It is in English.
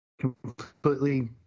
completely